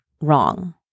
wrong